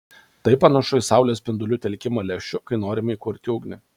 tai panašu į saulės spindulių telkimą lęšiu kai norime įkurti ugnį